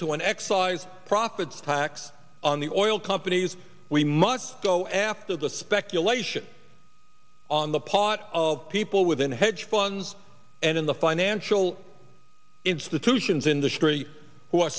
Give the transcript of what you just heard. to an excise profits hacks on the oil companies we must go after the speculation on the pot of people within hedge funds and in the financial institutions industry who are